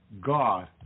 God